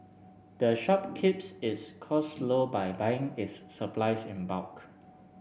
the shop keeps its costs low by buying its supplies in bulk